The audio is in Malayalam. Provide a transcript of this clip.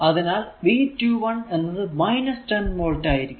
അതിനാൽ V21 എന്നത് 10 വോൾട് ആയിരിക്കും